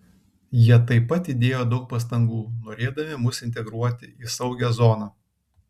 jie taip pat įdėjo daug pastangų norėdami mus integruoti į saugią zoną